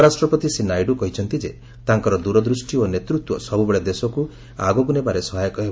ଉପରାଷ୍ଟ୍ରପତି ଶ୍ରୀ ନାଇଡୁ କହିଛନ୍ତି ଯେ ତାଙ୍କର ଦୂରଦୃଷ୍ଟି ଓ ନେତୃତ୍ୱ ସବୁବେଳେ ଦେଶକୁ ଆଗକୁ ନେବାରେ ସହାୟକ ହେବ